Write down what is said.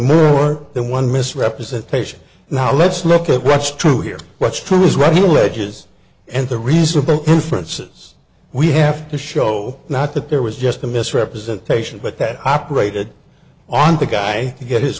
moore than one misrepresentation now let's look at what's true here what's true is right here wedges and the reasonable conferences we have to show not that there was just a misrepresentation but that operated on the guy to get his